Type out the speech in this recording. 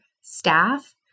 staff